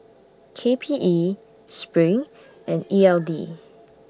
K P E SPRING and E L D